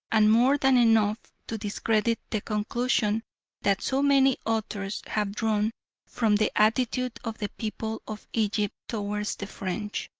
and more than enough to discredit the conclusions that so many authors have drawn from the attitude of the people of egypt towards the french.